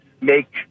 make